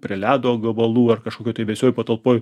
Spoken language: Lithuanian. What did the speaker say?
prie ledo gabalų ar kažkokioj tai vėsioj patalpoj